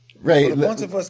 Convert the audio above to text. Right